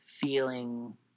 feeling